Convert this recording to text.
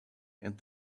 and